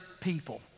people